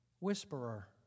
whisperer